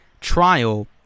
trial